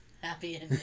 Happy